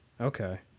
Okay